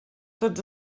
tots